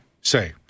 say